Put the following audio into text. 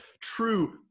true